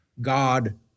god